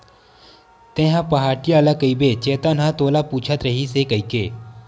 तेंहा पहाटिया ल कहिबे चेतन ह तोला पूछत रहिस हे कहिके